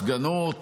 הפגנות,